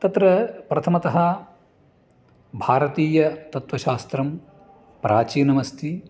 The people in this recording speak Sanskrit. तत्र प्रथमतः भारतीयतत्त्वशास्त्रं प्राचीनमस्ति